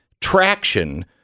traction—